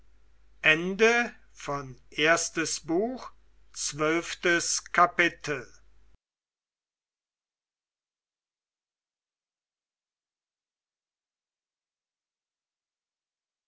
erstes buch erstes kapitel